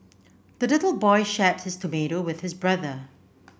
the little boy shared his tomato with his brother